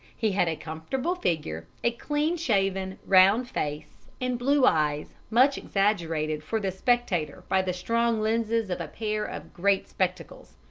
he had a comfortable figure, a clean-shaven, round face, and blue eyes much exaggerated for the spectator by the strong lenses of a pair of great spectacles.